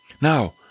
Now